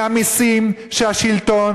מהמסים שהשלטון